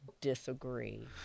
disagree